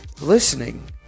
listening